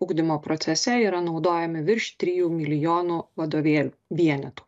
ugdymo procese yra naudojami virš trijų milijonų vadovėlių vienetų